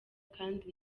kandi